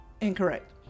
Incorrect